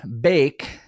bake